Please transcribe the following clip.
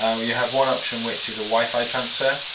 um you have one option which is a wi-fi transfer,